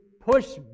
push